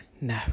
no